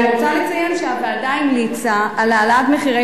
אני רוצה לציין שהוועדה המליצה על העלאת מחירי